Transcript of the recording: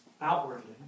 outwardly